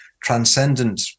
transcendent